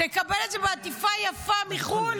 תקבל את זה בעטיפה יפה מחו"ל,